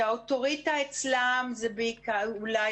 שהאוטוריטה הם הרבנים.